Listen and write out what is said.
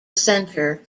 center